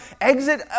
exit